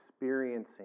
experiencing